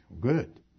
Good